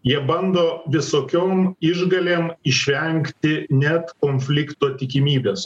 jie bando visokiom išgalėm išvengti net konflikto tikimybės